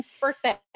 birthday